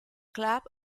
club